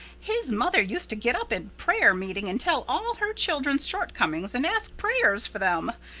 his mother used to get up in prayer-meeting and tell all her children's shortcomings and ask prayers for them.